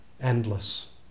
endless